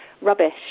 rubbish